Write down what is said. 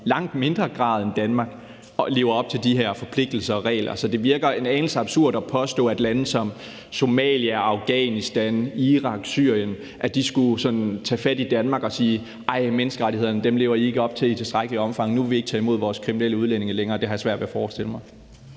langt mindre grad end Danmark lever op til de her forpligtelser og regler, så det virker en anelse absurd at påstå, at lande som Somalia, Afghanistan, Irak og Syrien skulle tage fat i Danmark og sige: Ej, menneskerettighederne lever I ikke op til i tilstrækkeligt omfang, så nu vil vi ikke tage imod jeres kriminelle udlændinge længere. Det har jeg svært ved at forestille mig.